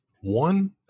One